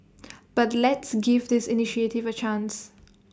but let's give this initiative A chance